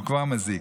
הוא כבר מזיק.